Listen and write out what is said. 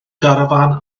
garafán